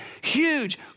huge